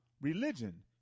religion